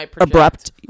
abrupt